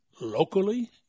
locally